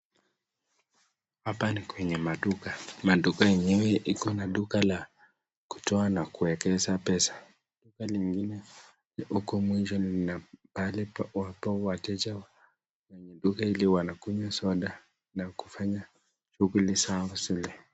Hapa ni kwenye maduka maduka yenyewe iko na duka la kutoa na kuwekeza pesa. Duka lingine huko mwisho lina pahali wapo wateja kwenye duka hili wanakunywa soda na kufanya shughuli zao zingine.